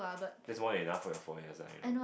that's more than enough for your formulas lah you know